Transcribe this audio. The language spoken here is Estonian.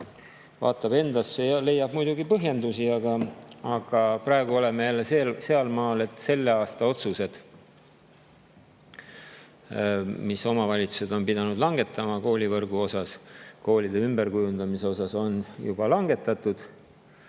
vaatab endasse ja leiab muidugi põhjendusi. Aga praegu oleme jälle sealmaal, et selle aasta otsused, mis omavalitsused on pidanud langetama koolivõrgu ja koolide ümberkujundamise kohta, on juba langetatud.